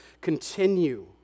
continue